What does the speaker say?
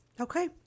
Okay